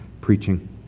preaching